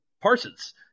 Parsons